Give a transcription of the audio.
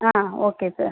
ah okay sir